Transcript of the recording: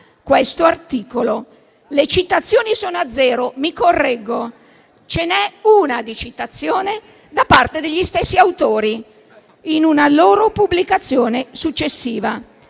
nessuno lo cita. Le citazioni sono a zero. Mi correggo: ce n'è una, di citazione, ma da parte degli stessi autori, in una loro pubblicazione successiva.